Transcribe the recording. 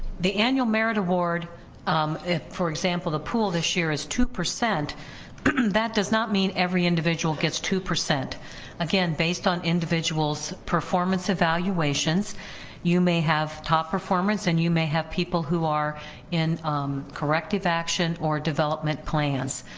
the annual merit award for example, the pool this year is two percent that does not mean every individual gets two, again based on individuals performance evaluations you may have top performance and you may have people who are in corrective action or development plans,